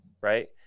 right